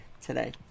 today